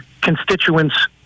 constituents